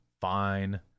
Fine